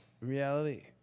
reality